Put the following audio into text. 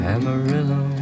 Amarillo